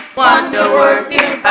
wonder-working